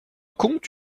comte